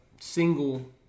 single